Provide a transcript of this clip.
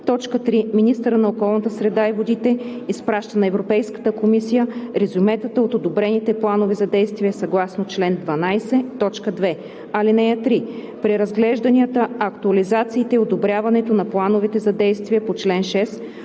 1, т. 3 министърът на околната среда и водите изпраща на Европейската комисия резюметата от одобрените планове за действие съгласно чл. 12, т. 2. (3) Преразглежданията, актуализациите и одобряването на плановете за действие по чл. 6,